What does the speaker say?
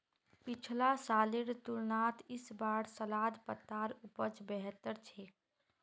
पिछला सालेर तुलनात इस बार सलाद पत्तार उपज बेहतर छेक